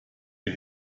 der